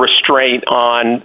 restraint on